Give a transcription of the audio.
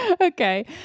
Okay